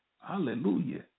Hallelujah